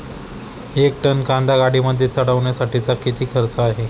एक टन कांदा गाडीमध्ये चढवण्यासाठीचा किती खर्च आहे?